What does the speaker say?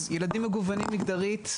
אז ילדים מגוונים מגדרית,